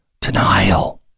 Denial